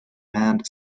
manned